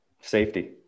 safety